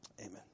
Amen